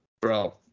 Bro